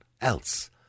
else